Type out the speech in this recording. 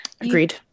Agreed